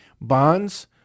Bonds